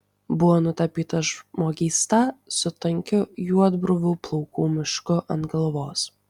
buvo nutapytas žmogysta su tankiu juodbruvų plaukų mišku ant galvos